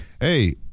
Hey